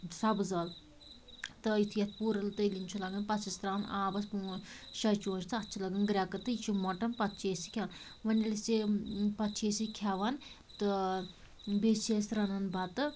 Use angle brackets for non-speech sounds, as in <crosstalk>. سبز ٲلہٕ تہٕ یُتھُے اتھ پوٗرٕ تٔلِنۍ چھِ لگان پتہٕ چھِس ترٛاوان آبس پانٛژھ شےٚ چونٛچہِ تہٕ اتھ چھِ لگان گرٛیٚکہٕ تہٕ یہِ چھُ مۄٹان پتہٕ چھِ أسۍ یہِ کھیٚوان <unintelligible> پتہٕ چھِ أسۍ یہِ کھیٚوان تہٕ بیٚیہِ چھِ أسۍ رنان بتہٕ